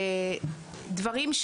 ודברים,